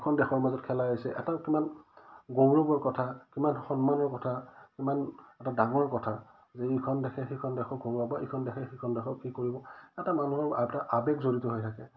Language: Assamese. দুখন দেশৰ মাজত খেলা হৈছে এটা কিমান গৌৰৱৰ কথা কিমান সন্মানৰ কথা কিমান এটা ডাঙৰ কথা যে ইখন দেশে সিখন দেশক হৰুৱাব ইখন দেশে সিখন দেশক কি কৰিব এটা মানুহৰ এটা আৱেগ জড়িত হৈ থাকে